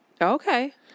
Okay